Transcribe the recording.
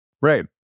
Right